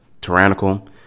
tyrannical